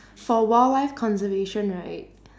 for wildlife conservation right